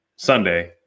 Sunday